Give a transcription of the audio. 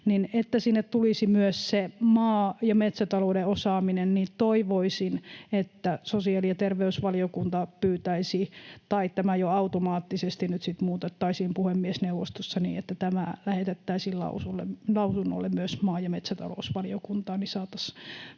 jotta sinne tulisi myös se maa‑ ja metsätalouden osaaminen, toivoisin, että sosiaali‑ ja terveysvaliokunta pyytäisi — tai tämä jo automaattisesti nyt sitten muutettaisiin puhemiesneuvostossa niin — että tämä lähetettäisiin lausunnolle myös maa‑ ja metsätalousvaliokuntaan, jotta saataisiin